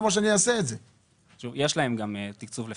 יש להם תקצוב גם